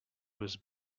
was